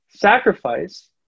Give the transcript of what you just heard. Sacrifice